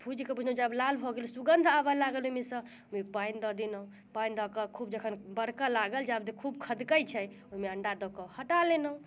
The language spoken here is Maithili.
भुजि कऽ बुझलहुँ जे आब लाल भऽ गेल सुगन्ध आबऽ लागल ओहिमेसँ ओहिमे पानि दऽ देलहुँ पानि दऽ कऽ खूब जखन बरकऽ लागल जे आब खूब खदकैत छै ओहिमे अंडा दऽ कऽ हटा लेलहुँ